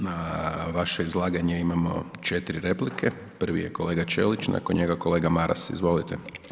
Na vaše izlaganje imamo 4 replike, prvi je kolega Ćelić, nakon njega kolega Maras, izvolite.